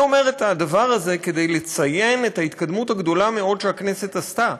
אני אומר את הדבר הזה כדי לציין את ההתקדמות הגדולה מאוד שהכנסת עשתה.